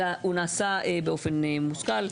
אלא הוא נעשה באופן מושכל.